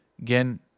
again